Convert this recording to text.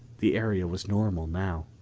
the area was normal now.